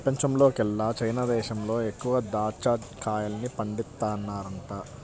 పెపంచంలోకెల్లా చైనా దేశంలో ఎక్కువగా దాచ్చా కాయల్ని పండిత్తన్నారంట